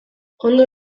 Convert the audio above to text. ondo